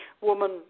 woman